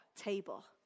table